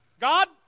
God